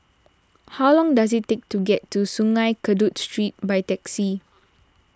how long does it take to get to Sungei Kadu Street by taxi